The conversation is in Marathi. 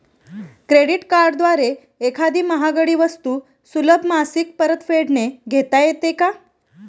क्रेडिट कार्डद्वारे एखादी महागडी वस्तू सुलभ मासिक परतफेडने घेता येते का?